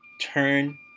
turn